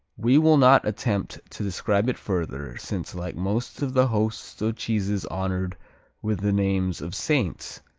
we will not attempt to describe it further, since like most of the host of cheeses honored with the names of saints,